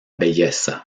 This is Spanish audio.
belleza